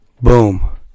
Boom